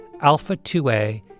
alpha-2A